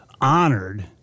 honored